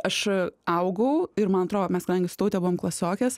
aš augau ir man atrodo mes kadangi su taute buvom klasiokės